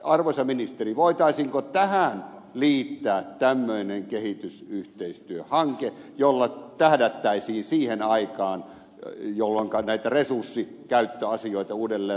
arvoisa ministeri voitaisiinko tähän liittää tämmöinen kehitysyhteistyöhanke jolla tähdättäisiin siihen aikaan jolloinka näitä resurssikäyttöasioita uudelleen rauhanomaisesti selvitetään